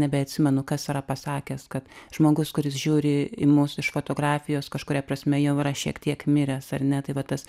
nebeatsimenu kas yra pasakęs kad žmogus kuris žiūri į mus iš fotografijos kažkuria prasme jau yra šiek tiek miręs ar ne tai vat tas